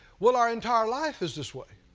well, our entire life is this way.